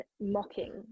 mocking